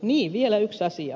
niin vielä yksi asia